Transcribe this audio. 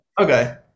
Okay